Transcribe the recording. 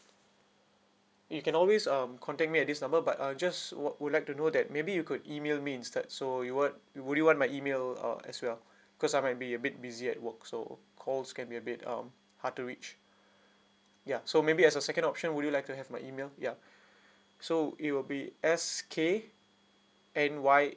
you can always um contact me at this number but uh just would would like to know that maybe you could email me instead so you would you would you want my email uh as well because I might be a bit busy at work so calls can be a bit um hard to reach ya so maybe as a second option would you like to have my email ya so it will be S K N Y